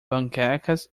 panquecas